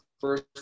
first